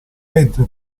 mentre